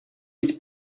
быть